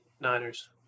Niners